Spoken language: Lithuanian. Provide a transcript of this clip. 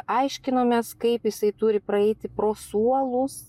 aiškinomės kaip jisai turi praeiti pro suolus